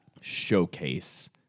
showcase